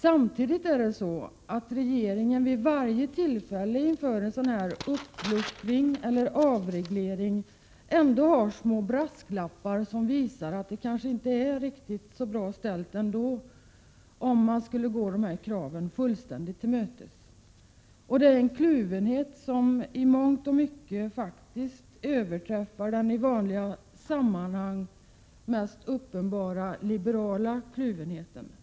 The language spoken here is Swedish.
Samtidigt har regeringen vid varje tillfälle då det är fråga om en sådan här uppluckring eller avreglering små brasklappar som visar att det kanske inte vore så bra att gå dessa krav fullständigt till mötes. Det är en kluvenhet som i mångt och mycket faktiskt överträffar den i andra sammanhang mest uppenbara liberala kluvenheten.